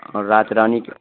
اور رات رانی کا